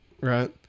right